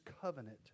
covenant